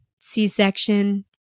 C-section